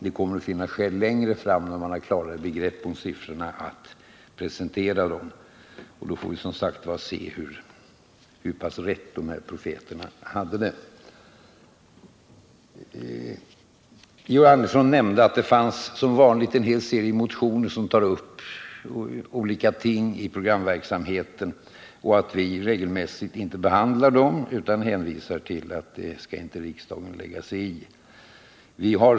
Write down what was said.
Det kommer att finnas skäl att presentera dem längre fram när man har klara begrepp om hur siffrorna ser ut. Och då får vi se hur pass rätt profeterna hade. Georg Andersson nämnde att det som vanligt fanns en hel serie motioner som tar upp olika ting i programverksamheten och att vi regelmässigt inte behandlar dem utan hänvisar till att riksdagen inte skall lägga sig i sådana saker.